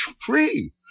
free